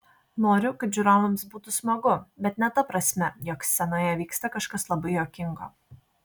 noriu kad žiūrovams būtų smagu bet ne ta prasme jog scenoje vyksta kažkas labai juokingo